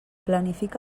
planifica